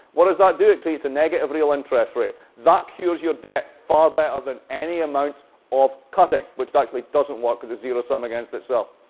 what does that do? it creates a negative real interest rate. that cures your debt far better than any amount of cutting, which actually doesn't work because it's zero sum against itself.